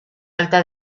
alta